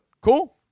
Cool